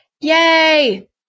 yay